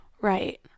Right